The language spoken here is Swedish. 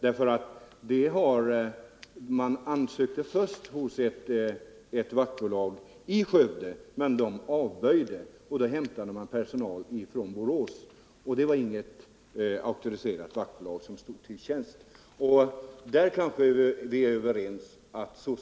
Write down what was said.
Den inarbetade praxis som gällt hittills